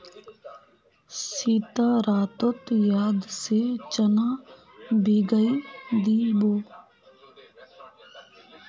सीता रातोत याद से चना भिगइ दी बो